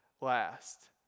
last